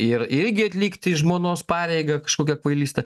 ir irgi atlikti žmonos pareigą kažkokią kvailystę